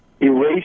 erase